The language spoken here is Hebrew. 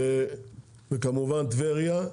וכמובן טבריה,